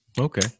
Okay